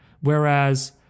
Whereas